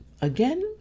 Again